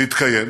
להתקיים.